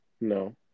No